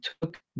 took